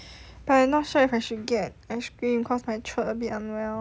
but I not sure if I should get ice cream cause my throat a bit unwell